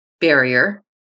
barrier